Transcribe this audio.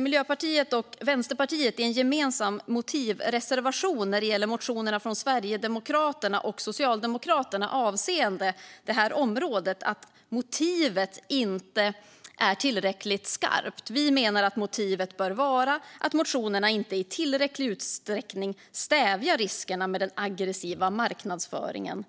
Miljöpartiet och Vänsterpartiet anser i en gemensam motivreservation när det gäller motionerna från Sverigedemokraterna och Socialdemokraterna avseende detta att motivet inte är tillräckligt skarpt. Vi menar att motivet bör vara att motionerna inte i tillräcklig utsträckning stävjar riskerna med den aggressiva marknadsföringen